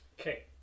Okay